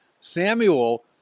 Samuel